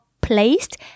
placed